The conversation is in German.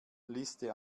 liste